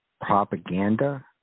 propaganda